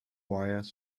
wires